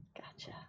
Gotcha